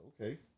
okay